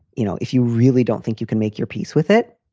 you know, if you really don't think you can make your peace with it.